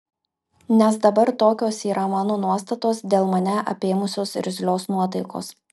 nes dabar tokios yra mano nuostatos dėl mane apėmusios irzlios nuotaikos